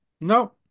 No